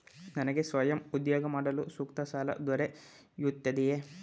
ನನಗೆ ಸ್ವಯಂ ಉದ್ಯೋಗ ಮಾಡಲು ಸೂಕ್ತ ಸಾಲ ದೊರೆಯುತ್ತದೆಯೇ?